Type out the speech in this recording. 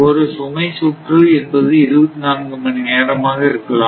ஒரு சுமை சுற்று என்பது 24 மணி நேரமாக இருக்கலாம்